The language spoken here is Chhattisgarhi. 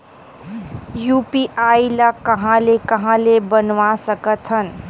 यू.पी.आई ल कहां ले कहां ले बनवा सकत हन?